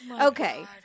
Okay